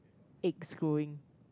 eggs growing